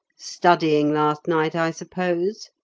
studying last night, i suppose?